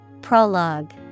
Prologue